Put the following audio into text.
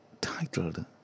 titled